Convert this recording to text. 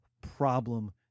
problem